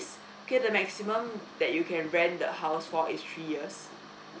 okay the maximum that you can rent the house for is three years